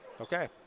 okay